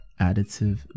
additive